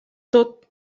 tot